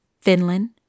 Finland